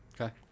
Okay